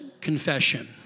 Confession